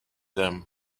him